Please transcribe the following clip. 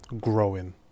growing